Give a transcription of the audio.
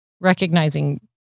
recognizing